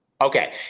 Okay